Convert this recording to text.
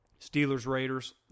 Steelers-Raiders